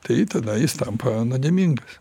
tai tada jis tampa nuodėmingas